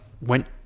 went